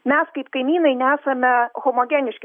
mes kaip kaimynai nesame homogeniški